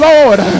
Lord